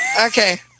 okay